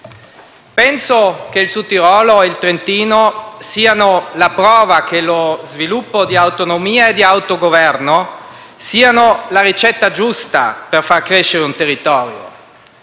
Penso che il Sudtirolo e il Trentino siano la prova che lo sviluppo di autonomia e di autogoverno sia la ricetta giusta per far crescere un territorio.